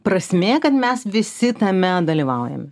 prasmė kad mes visi tame dalyvaujame